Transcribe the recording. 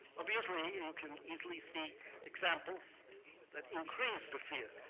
obviously and you can easily see examples that increase the fear.